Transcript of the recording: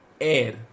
air